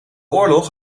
oorlog